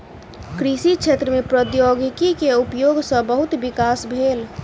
कृषि क्षेत्र में प्रौद्योगिकी के उपयोग सॅ बहुत विकास भेल